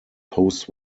post